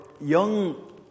young